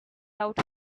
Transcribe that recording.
out